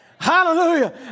Hallelujah